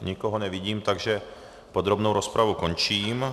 Nikoho nevidím, takže podrobnou rozpravu končím.